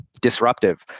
disruptive